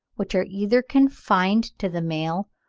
which are either confined to the male,